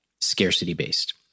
scarcity-based